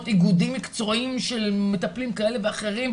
אומנויות הוא דבר מאוד-מאוד חשוב לחברה בכלל,